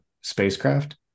spacecraft